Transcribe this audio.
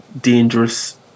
dangerous